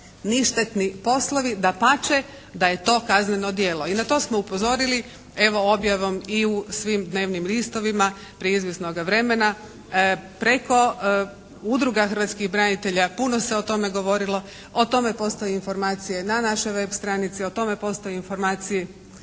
ništetni poslovi. Dapače da je to kazneno djelo. I na to smo upozorili evo objavom i u svim dnevnim listovima prije izvjesnoga vremena. Preko udruga hrvatskih branitelja puno se o tome govorilo. O tome postoje informacije na našoj web stranici. O tome postoje informacije